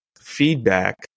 feedback